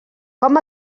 com